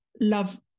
love